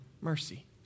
mercy